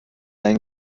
ein